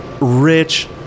rich